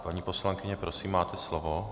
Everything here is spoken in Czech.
Paní poslankyně, prosím, máte slovo.